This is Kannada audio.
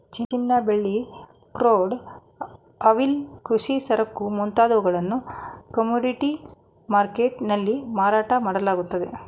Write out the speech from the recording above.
ಚಿನ್ನ, ಬೆಳ್ಳಿ, ಕ್ರೂಡ್ ಆಯಿಲ್, ಕೃಷಿ ಸರಕು ಮುಂತಾದವುಗಳನ್ನು ಕಮೋಡಿಟಿ ಮರ್ಕೆಟ್ ನಲ್ಲಿ ಮಾರಾಟ ಮಾಡಲಾಗುವುದು